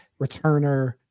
returner